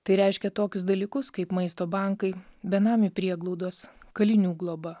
tai reiškia tokius dalykus kaip maisto bankai benamių prieglaudos kalinių globa